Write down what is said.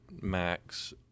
max